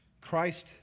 Christ